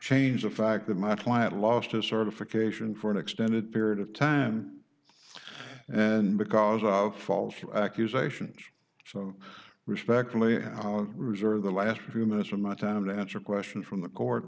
change the fact that my client lost his certification for an extended period of time and because of false accusations so i respectfully reserve the last few minutes of my time to answer questions from the court